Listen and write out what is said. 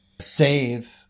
save